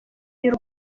y’u